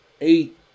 eight